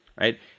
right